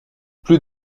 plus